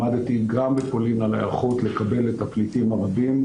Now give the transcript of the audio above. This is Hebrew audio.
למדתי גם בפולין על ההיערכות לקבל את הפליטים הרבים,